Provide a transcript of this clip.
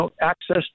access